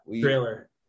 Trailer